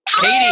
Katie